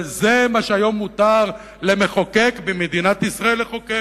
אבל זה מה שהיום מותר למחוקק במדינת ישראל לחוקק.